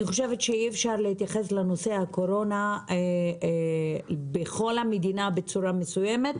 אני חושבת שאי אפשר להתייחס לנושא הקורונה בכל המדינה בצורה מסוימת,